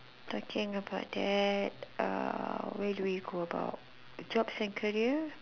talking about that uh where do we go about jobs and career